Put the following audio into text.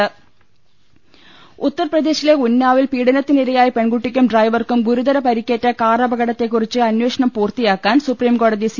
രുട്ട്ട്ട്ട്ട്ട്ട്ട ഉത്തർപ്രദേശിലെ ഉന്നാവിൽ പീഡനത്തിനിരയായ പെൺകുട്ടിക്കും ഡ്രൈവർക്കും ഗുരുതര പരിക്കേറ്റ കാറപകടത്തെക്കുറിച്ച് അന്വേഷണം പൂർത്തിയാക്കാൻ സുപ്രീംകോടതി സി